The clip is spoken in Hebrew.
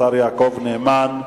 השר יעקב נאמן,